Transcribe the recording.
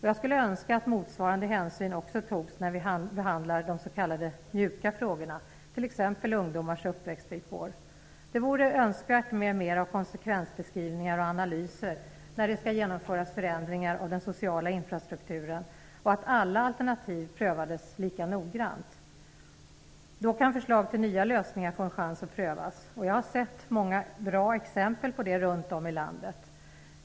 Jag skulle önska att motsvarande hänsyn också togs när vi behandlar de s.k. mjuka frågorna, t.ex. Det vore önskvärt med mer av konsekvensbeskrivningar och analyser när det skall genomföras förändringar av den sociala infrastrukturen och att alla alternativ prövades lika noggrant. Då kan förslag till nya lösningar få en chans att prövas. Jag har sett många bra exempel på det runt om i landet.